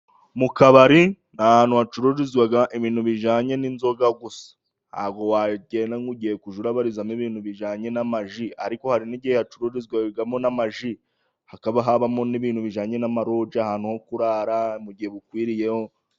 Mu kabari ni ahantu hacururizwa ibintu bijanye n'inzoga gusa , ntago wagenda nk'ugiye ngugiye kubarizamo ibintu bijyanye n'amaji ,ariko hari n'igihe yacururizwamo n'amaji, hakaba habamo n'ibintu bijanye n'amarogi ahantu ho kurara mu gihe bikwiriye.